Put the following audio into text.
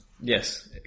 Yes